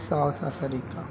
South Africa